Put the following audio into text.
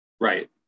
Right